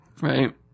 right